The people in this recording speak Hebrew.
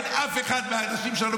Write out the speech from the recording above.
אין אף אחד מהאנשים שלנו,